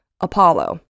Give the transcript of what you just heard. Apollo